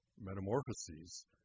metamorphoses